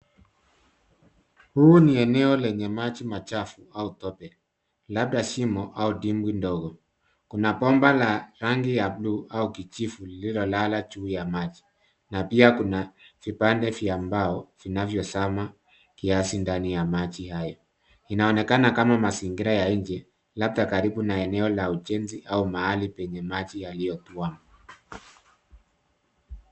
Huu ni eneo lenye maji machafu au tope, labda shimo au dimbwi ndogo. Kuna bomba la rangi ya bluu au kijivu, lililolala juu ya maji. Na pia kuna vipande vya mbao, vinavozama kiasi ndani ya maji hayo. Inaonekana kama mazingira ya nje, labda karibu na eneo la ujenzi au mahali penye maji yaliyotuama.